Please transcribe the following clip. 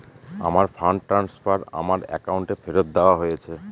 আমার fund transfer আমার অ্যাকাউন্টে ফেরত দেওয়া হয়েছে